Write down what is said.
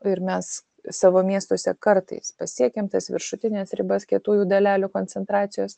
ir mes savo miestuose kartais pasiekiam tas viršutines ribas kietųjų dalelių koncentracijos